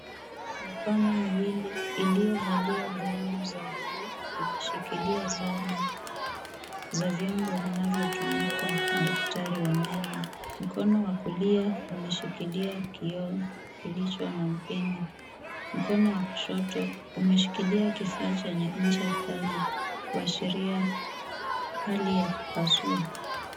Mikono miwili iliyovalia glavu za buluu imeshikilia zana za vyombo vinavyotumika na daktari wa meno. Mkono wa kulia umeshikilia kioo kilicho na mpini. Mkono wa kushoto umeshikilia kifaa chenye ncha kali kuashiria hali ya kupasua.